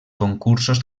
concursos